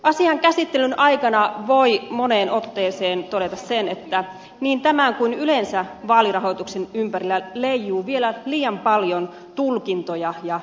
asian käsittelyn aikana voi moneen otteeseen todeta sen että niin tämän kuin yleensä vaalirahoituksen ympärillä leijuu vielä liian paljon tulkintoja ja olettamuksia